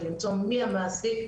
זה להוכיח מי המעסיק,